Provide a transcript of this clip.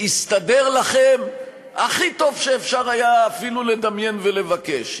הסתדר לכם הכי טוב שאפשר היה אפילו לדמיין ולבקש,